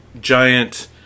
giant